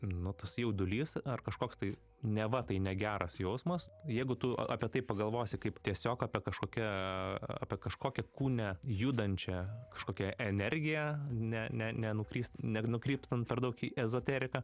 nu tas jaudulys ar kažkoks tai neva tai negeras jausmas jeigu tu apie tai pagalvosi kaip tiesiog apie kažkokią apie kažkokią kūne judančią kažkokią energiją ne ne nenukrist nenukrypstant per daug į ezoteriką